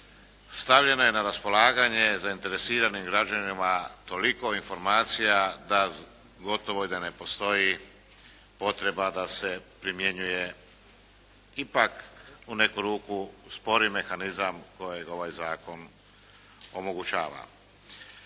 stavljena je na raspolaganje zainteresiranim građanima toliko informacija da gotovo i ne postoji potreba da se primjenjuje ipak u neku ruku spori mehanizam kojeg ovaj zakon omogućava.